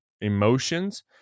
emotions